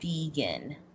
vegan